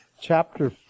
chapter